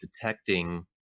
detecting